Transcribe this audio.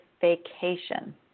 vacation